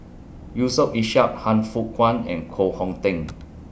Yusof Ishak Han Fook Kwang and Koh Hong Teng